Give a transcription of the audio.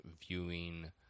viewing